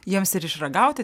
jiems ir išragauti